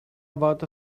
about